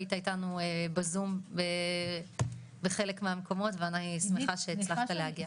היית איתנו בזום בחלק מהמקומות ואני שמחה שהצלחת להגיע.